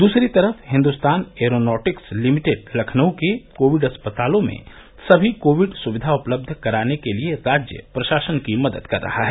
दूसरी तरफ Hindustan aeronautics limited Lucknow के कोविड अस्पतालों में सभी कोविड सुविधा उपलब्ध कराने के लिए राज्य प्रशासन की मदद कर रहा है